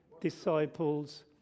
disciples